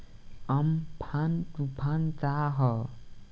Amphan तुफान का ह?